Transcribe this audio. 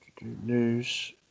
news